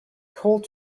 called